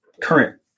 current